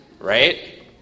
Right